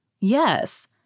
Yes